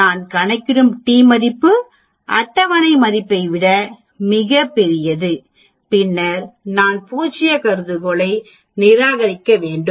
நான் கணக்கிடும் t மதிப்பு அட்டவணை மதிப்பை விட மிகப் பெரியது பின்னர் நான் பூஜ்ஜிய கருதுகோளை நிராகரிக்க வேண்டும்